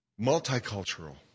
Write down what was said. multicultural